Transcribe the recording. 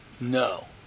No